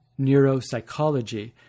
neuropsychology